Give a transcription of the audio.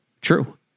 true